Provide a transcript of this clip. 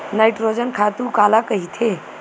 Nitrogen खातु काला कहिथे?